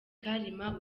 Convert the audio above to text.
kalima